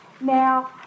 now